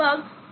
2 volt જોઈએ